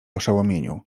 oszołomieniu